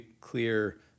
clear